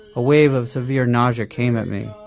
a wave of severe nausea came at me.